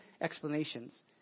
explanations